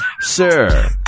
Sir